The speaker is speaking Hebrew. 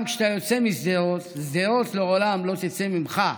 גם כשאתה יוצא משדרות, שדרות לעולם לא תצא ממך.